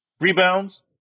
Rebounds